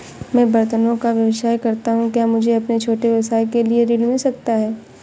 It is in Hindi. मैं बर्तनों का व्यवसाय करता हूँ क्या मुझे अपने छोटे व्यवसाय के लिए ऋण मिल सकता है?